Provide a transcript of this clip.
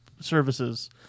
services